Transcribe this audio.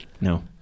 No